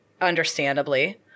understandably